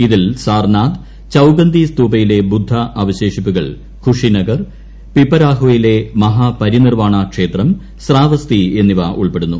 ഇതിൽ സാർനാഥ് ചൌകന്തി സ്തൂപയിലെ ബുദ്ധ അവശേഷിപ്പുകൾ ഖുഷി നഗർ പിപരാഹ്വയിലെ മഹാ പരിനിർവാണ ക്ഷേത്രം സ്രാവസ്തി എന്നിവ ഉൾപ്പെടുന്നു